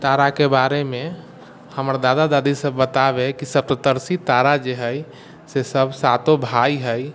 ताराके बारेमे हमर दादा दादी सब बताबै कि सप्तर्षी तारा जे हइ से सब सातो भाय हइ